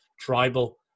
tribal